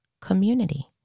community